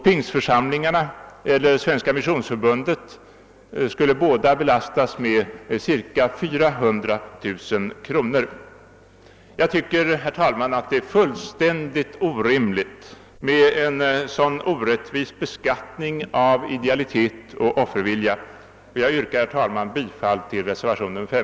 Pingstförsamlingarna och Svenska missionsförbundet skulle belastas med cirka 400 000 kronor vardera. Det är fullständigt orimligt att lägga en sådan orättvis beskattning på idealitet och offervilja. Herr talman! Jag yrkar bifall till reservationen 5.